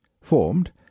Formed